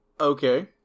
Okay